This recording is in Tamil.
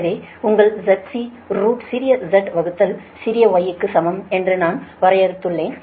எனவே உங்கள் ZC ரூட் சிறிய z வகுத்தல் சிறிய y க்கு சமம் என்று நாம் வரையறுத்துள்ளோம்